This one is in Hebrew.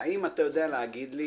האם אתה יודע להגיד לי